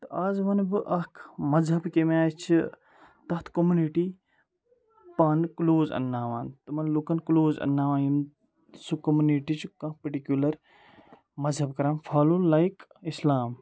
تہٕ آز وَنہٕ بہٕ اَکھ مذہب کَمہِ آیہِ چھِ تَتھ کوٚمنِٹی پانہٕ کٕلوز انٛناوان تِمَن لُکَن کٕلوز انٛناوان یِم سُہ کوٚمنِٹی چھِ کانٛہہ پٔٹِکیوٗلَر مَذہَب کَران فالو لایِک اِسلام